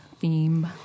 theme